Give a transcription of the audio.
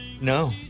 No